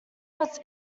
was